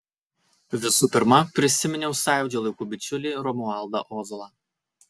visų pirma prisiminiau sąjūdžio laikų bičiulį romualdą ozolą